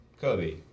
Kobe